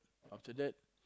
after that